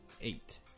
Eight